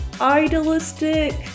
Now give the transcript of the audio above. idealistic